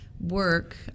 work